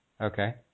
Okay